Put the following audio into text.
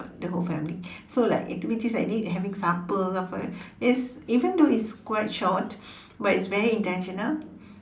the the whole family so like activities like this having supper ke apa even though it's quite short but it's very intentional